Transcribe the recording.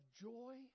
joy